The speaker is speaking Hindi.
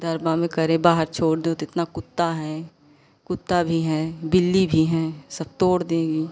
दरबा में करें बाहर छोड़ दें तो इतना कुत्ता है कुत्ता भी हैं बिल्ली भी हैं सब तोड़ देंगी